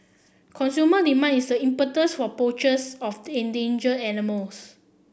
consumer demand is the impetus for poachers of the endanger animals